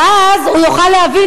ואז הוא יוכל להבין,